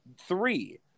three